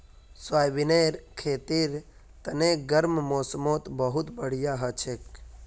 सोयाबीनेर खेतीर तने गर्म मौसमत बहुत बढ़िया हछेक